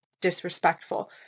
disrespectful